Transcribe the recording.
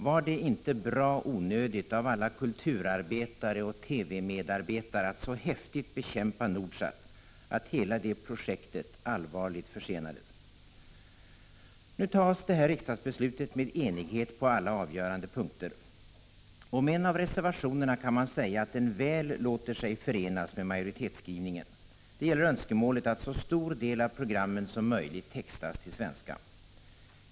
Var det inte bra onödigt av alla kulturarbetare och TV-medarbetare att så häftigt bekämpa Nordsat att hela det projektet allvarligt försenades? Nu fattas detta riksdagsbeslut i enighet på alla avgörande punkter. Om en av reservationerna kan man säga att den väl låter sig förenas med majoritetsskrivningen. Det gäller önskemålet att så stor del av programmen som möjligt textas till svenska.